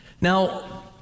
Now